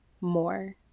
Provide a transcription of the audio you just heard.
more